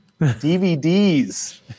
DVDs